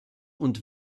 und